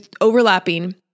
overlapping